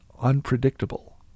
unpredictable